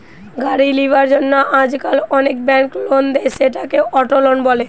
গাড়ি লিবার জন্য আজকাল অনেক বেঙ্ক লোন দেয়, সেটাকে অটো লোন বলে